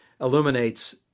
illuminates